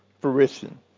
fruition